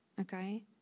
Okay